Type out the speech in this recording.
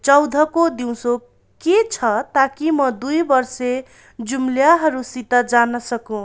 चौधको दिउँसो के छ ताकि म दुई बर्से जम्ल्याहाहरूसित जान सकूँ